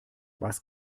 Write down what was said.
was